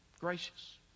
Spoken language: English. Gracious